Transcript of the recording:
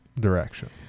direction